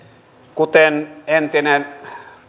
kuten entinen